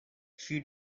she